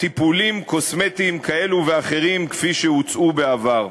טיפולים קוסמטיים כאלו ואחרים כפי שהוצעו בעבר.